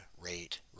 rate